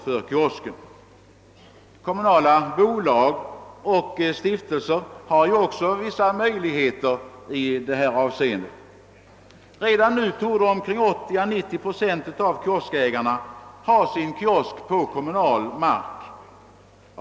Även kommunala bolag och stiftelser har vissa möjligheter i det avseendet. Redan nu torde 80 å 90 procent av kioskägarna ha sina kiosker uppsatta på kommunal mark.